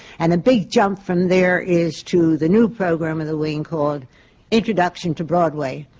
and a big jump from there is to the new program of the wing called introduction to broadway,